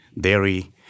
dairy